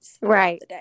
Right